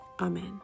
Amen